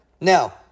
now